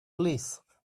please